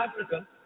Africa